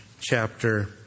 chapter